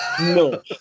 no